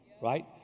Right